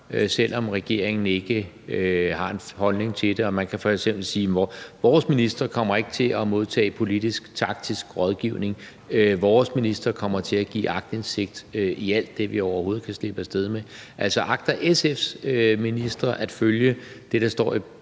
selv om regeringen ikke har en holdning til det. Man kan f.eks. sige: Vores ministre kommer ikke til at modtage politisk-taktisk rådgivning. Vores ministre kommer til at give aktindsigt i alt det, vi overhovedet kan slippe af sted med. Agter SF's ministre at følge det, der står i